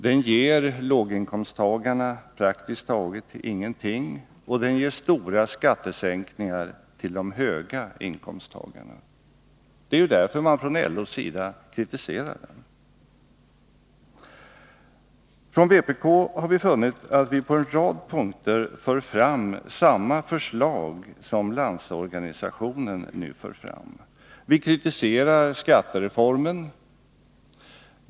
Den ger låginkomsttagarna praktiskt taget ingenting, men stora skattesänkningar åt höginkomsttagarna. Det är därför man från LO:s sida kritiserar den. Vi från vpk har funnit att vi på en rad punkter för fram samma förslag som Landsorganisationen. Vi kritiserar skattereformen.